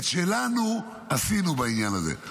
את שלנו עשינו בעניין הזה.